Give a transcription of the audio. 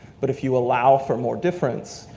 but if you allow for more difference,